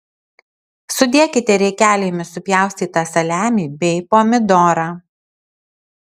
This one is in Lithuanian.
sudėkite riekelėmis supjaustytą saliamį bei pomidorą